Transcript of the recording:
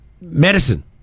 medicine